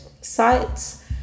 sites